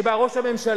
כשבא ראש הממשלה,